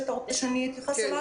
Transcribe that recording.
שאתה רוצה שאני אתייחס אליו?